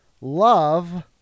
love